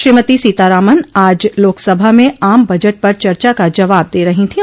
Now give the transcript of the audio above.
श्रीमती सीतारामन आज लोकसभा में आम बजट पर चर्चा का जवाब दे रही थीं